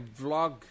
vlog